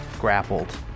grappled